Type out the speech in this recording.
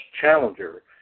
challenger